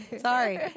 sorry